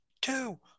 two